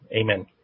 amen